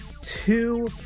two